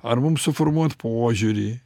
ar mum suformuot požiūrį